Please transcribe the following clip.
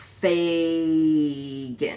Fagan